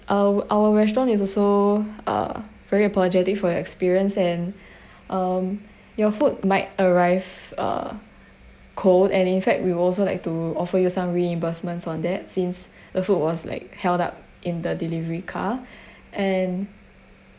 our our restaurant is also uh very apologetic for your experience and um your food might arrive uh cold and in fact will also like to offer you some reimbursement on that since the food was like held up in the delivery car and